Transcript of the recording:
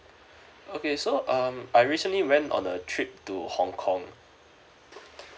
okay so um I recently went on a trip to hong kong